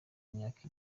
imyaka